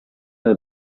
her